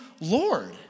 Lord